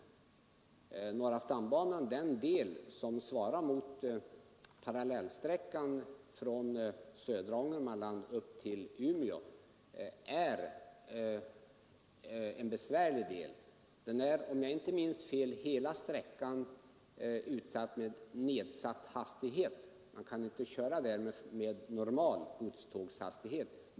Den del av norra stambanan som svarar mot parallellsträckan från södra Ångermanland upp till Umeå är en besvärlig del. Om jag inte minns fel gäller för hela sträckan nedsatt hastighet; man kan alltså inte köra där med normal godstågshastighet.